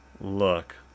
look